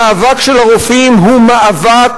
המאבק של הרופאים הוא מאבק